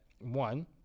one